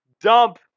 dump